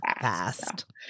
fast